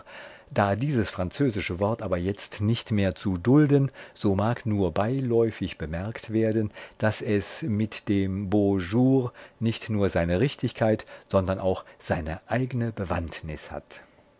da dieses französische wort aber jetzt nicht mehr zu dulden so mag nur beiläufig bemerkt werden daß es mit dem beau jour nicht nur seine richtigkeit sondern auch seine eigne bewandtnis hat